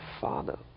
Father